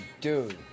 Dude